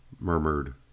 murmured